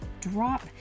drop